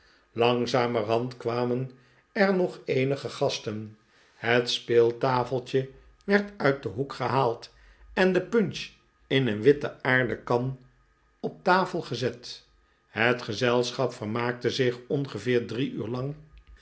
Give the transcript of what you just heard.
langzamerhand kwamen er nog eenige gasten het speeltafeltje werd uit den hoek gehaald en de punch in een witte aarden kan op de tafel gezet het gezelschap vermaakte zich ongeveer drie uur lang